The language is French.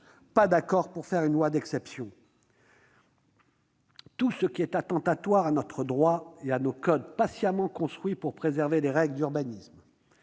mais pas pour faire une loi d'exception ! Tout ce qui est attentatoire à notre droit et à nos codes patiemment construits pour préserver les règles d'urbanisme,